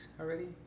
already